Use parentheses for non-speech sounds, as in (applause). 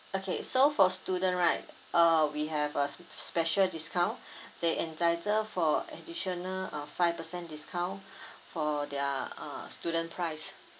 okay so for student right uh we have a special discount they entitle for additional uh five percent discount (breath) for their uh student price